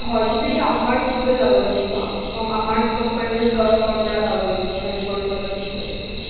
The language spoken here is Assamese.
হয় কিন্তু সেইটো আমাৰ থ্ৰুৰে যাব লাগিব কাৰণ আমাৰ কোম্পানীৰ তৰফৰ পৰা যাব লাগিব তেওঁলোকৰ ওচৰত ৰিকুৱেষ্টটো